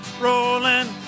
rolling